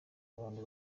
abantu